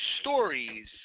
stories